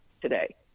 today